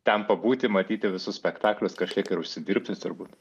ten pabūti matyti visus spektaklius kažkiek ir užsidirbti turbūt